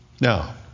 Now